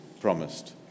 promised